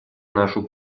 нашу